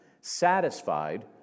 satisfied